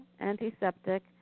antiseptic